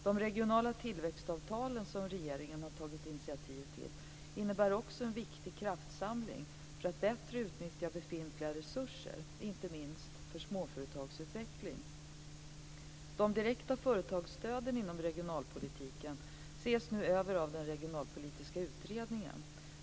De regionala tillväxtavtalen, som regeringen har tagit initiativ till, innebär också en viktig kraftsamling för att bättre utnyttja befintliga resurser, inte minst för småföretagsutveckling. De direkta företagsstöden inom regionalpolitiken ses nu över av den regionalpolitiska utredningen.